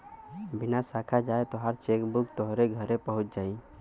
बिना साखा जाए तोहार चेकबुक तोहरे घरे पहुच जाई